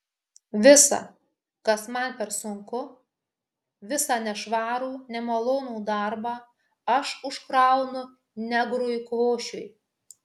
visa kas man per sunku visą nešvarų nemalonų darbą aš užkraunu negrui kvošiui